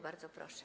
Bardzo proszę.